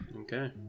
Okay